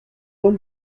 paul